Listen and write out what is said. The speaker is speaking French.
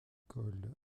école